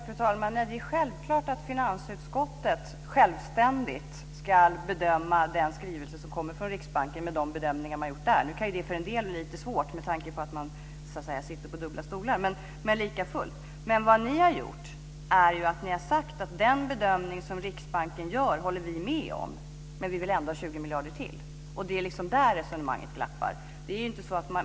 Fru talman! Det är självklart att finansutskottet självständigt ska bedöma den skrivelse som kommer från Riksbanken med de bedömningar som man har gjort där. För en del kan ju det bli lite svårt, med tanke på att de sitter på dubbla stolar - men i alla fall. Men ni har ju sagt att ni håller med om den bedömning som Riksbanken har gjort, men att ni ändå vill ha 20 miljarder till. Det är där som resonemanget glappar.